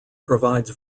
provides